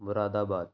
مراد آباد